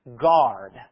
guard